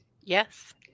Yes